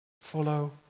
Follow